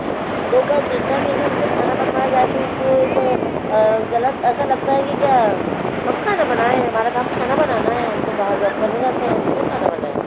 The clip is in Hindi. दोपहर तीन टाइम यदि उनसे खाना बनवाया जाएँ तो उनको एक गलत ऐसा लगता है कि क्या हम खाना बनाएँ हमारा काम खाना बनाना है हम तो बाहर जॉब करने जाते हैं हम क्यों खाना बनाएँ